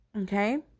okay